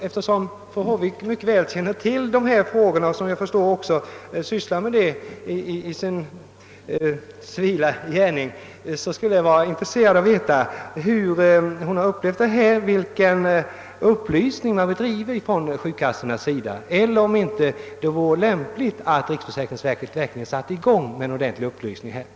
Eftersom fru Håvik mycket väl känner till dessa frågor och -— som jag förstår — också sysslar med dem i sin civila gärning, skulle det vara intressant att veta hur hon upplevt detta. Kan fru Håvik redogöra för vilken upplysning som ges från försäkringskassornas sida och svara på om det inte vore lämpligt att riksförsäkringsverket verkligen satte i gång med att ge ordentliga upplysningar härvidlag?